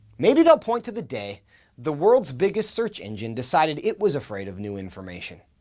maybe they'll point to the day the world's biggest search engine decided it was afraid of new information.